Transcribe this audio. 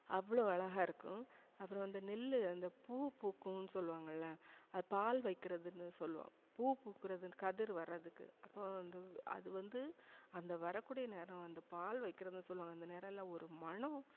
அவ்வளோ அழகாக இருக்கும் அப்புறம் அந்த நெல் அந்த பூ பூக்கும்ன்னு சொல்வாங்கள்ல அது பால் வைக்கிறதுனு சொல்வோம் பூ பூக்குறதுக்கு கதிர் வர்றதுக்கு அப்போ வந்து அது வந்து அந்த வரக்கூடிய நிறம் அந்த பால் வைக்கிறது சொல்வாங்க அந்த நிறம்லாம் ஒரு மணம்